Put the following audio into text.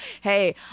Hey